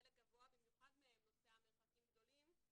חלק גבוה במיוחד מהם נוסע מרחקים גדולים,